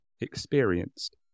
experienced